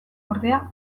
ordea